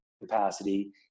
capacity